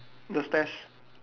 the stairs